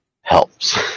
helps